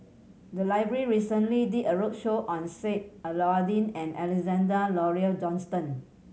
the library recently did a roadshow on Sheik Alau'ddin and Alexander Laurie Johnston